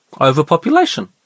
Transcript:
overpopulation